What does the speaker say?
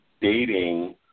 dating